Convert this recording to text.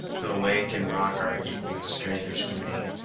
though lake and rock are equally strangers to me.